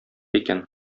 икән